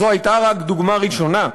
זו הייתה רק דוגמה ראשונה,